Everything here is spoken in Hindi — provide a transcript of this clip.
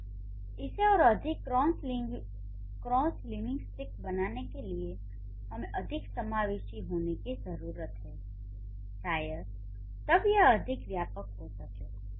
यानी इसे और अधिक क्रॉसलिंग्विस्टिक बनाने के लिए हमें अधिक समावेशी होने की जरूरत है शायद तब यह अधिक व्यापक हो सके